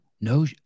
No